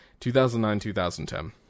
2009-2010